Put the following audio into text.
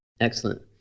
Excellent